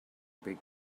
big